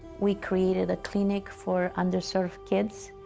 we created a clinic for underserved kids,